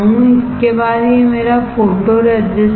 इसके बाद यह मेरा फोटोरेसिस्ट है